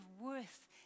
worth